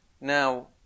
Now